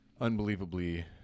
unbelievably